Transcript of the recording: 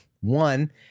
One